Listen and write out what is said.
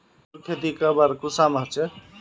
आलूर खेती कब आर कुंसम होचे?